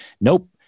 Nope